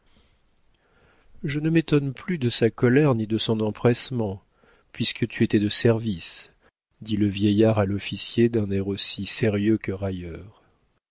je ne m'étonne plus de sa colère ni de son empressement puisque tu étais de service dit le vieillard à l'officier d'un air aussi sérieux que railleur